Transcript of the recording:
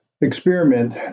experiment